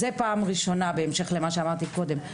זה פעם ראשונה בהמשך למה שאמרתי קודם.